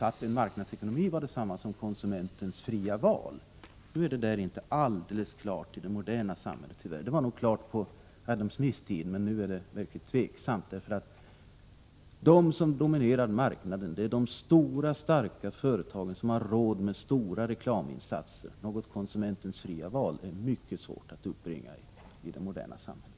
att en marknadsekonomi var detsamma som konsumentens fria val. Det är tyvärr inte alldeles klart i det moderna samhället. Det var nog klart på Adam Smiths tid, men nu är det verkligen tveksamt om det förhåller sig så. De som i dag dominerar marknaden är de stora, starka företagen, som har råd med omfattande reklaminsatser. Konsumentens fria val är mycket svårt att uppbringa i det moderna samhället.